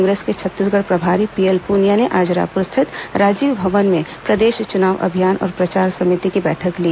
कांग्रेस के छत्तीसगढ़ प्रभारी पीएल पुनिया ने आज रायपुर स्थित राजीव भवन में प्रदेश चुनाव अभियान और प्रचार समिति की बैठक ली